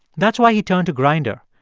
that's why he turned to grindr,